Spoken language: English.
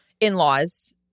in-laws